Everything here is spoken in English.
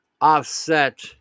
offset